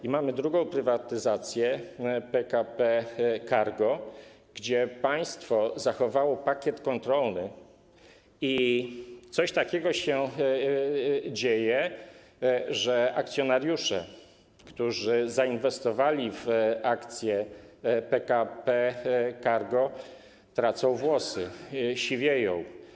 I mamy drugą prywatyzację - PKP Cargo, gdzie państwo zachowało pakiet kontrolny i coś takiego się dzieje, że akcjonariusze, którzy zainwestowali w akcje PKP Cargo, tracą włosy, siwieją.